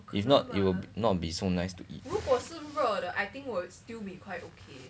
if not it will not be so nice to eat